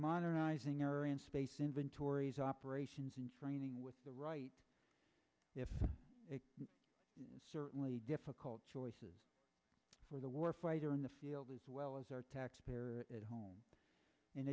modernizing air and space inventories operations in training with the right certainly difficult choices for the war fighter in the field as well as our taxpayer at home in